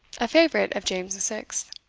a favourite of james the sixth.